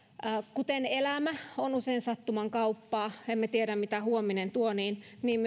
kuten elämä on usein sattuman kauppaa emme tiedä mitä huominen tuo niin niin